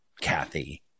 Kathy